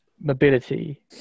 mobility